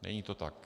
Není to tak.